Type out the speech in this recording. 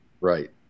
Right